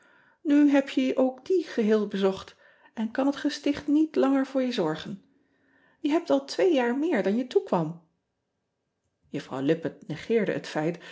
u heb je ook die geheel bezocht en kan het gesticht niet langer voor je zorgen e hebt al twee jaar meer dan je toekwam uffrouw ippett negeerde het feit